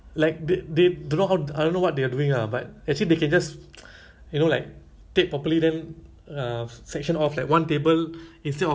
mesti customer complain or next time they choose somewhere else kan because